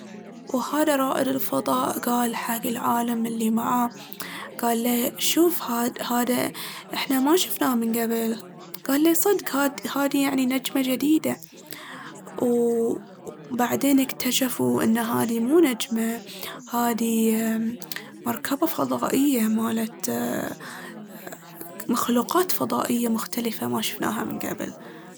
وهذا رائد الفضاء قال حق العالم اللي معه، قال له شوف هاذ- هذا إحنا ما شفناه من قبل. قال لي صدق ه- هاذي يعني نجمة جديدة؟ وبعدين اكتشفوا انه هاذي مو نجمة، هاذي امم مركبة فضائية مالت أ- مخلوقات فضائية مختلفة ما شفناها من قبل.